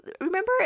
remember